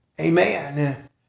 Amen